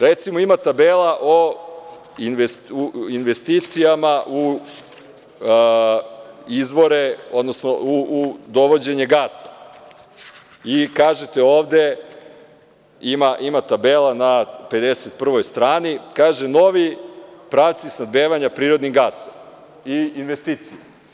Recimo, ima tabela o investicijama, u izvore, odnosno, dovođenje gasa i kažete ovde, ima tabela na 51. strani i kaže – novi pravci snabdevanja prirodnim gasom i investicije.